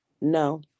No